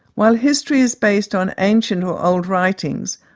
while history is based on ancient or old writings,